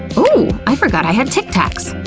ooh, i forgot i had tic-tacs!